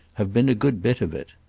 have been a good bit of it.